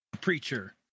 preacher